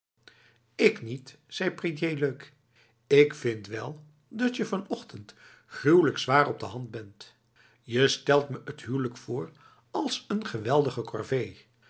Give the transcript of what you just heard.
ik niet zei prédier leuk ik vind wel datje vanochtend gruwelijk zwaar op de hand bent je stelt me het huwelijk voor als een geweldige